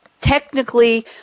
technically